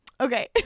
okay